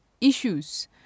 issues